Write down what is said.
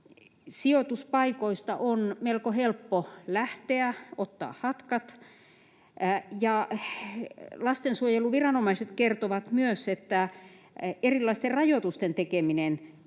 Sijoituspaikoista on melko helppo lähteä, ottaa hatkat, ja lastensuojeluviranomaiset kertovat myös, että erilaisten rajoitusten tekeminen